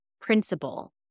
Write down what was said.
principle